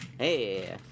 Hey